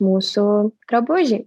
mūsų drabužiai